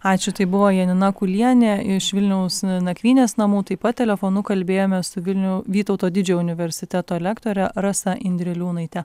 ačiū tai buvo janina kulienė iš vilniaus nakvynės namų taip pat telefonu kalbėjome su vilnių vytauto didžiojo universiteto lektore rasa indriliūnaite